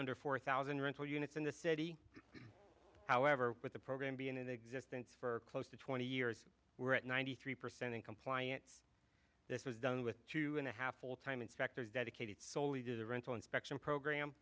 under four thousand rental units in the city however with the program being in existence for close to twenty years we're at ninety three percent in compliance this was done with two and a half full time inspectors dedicated solely to the rental inspection program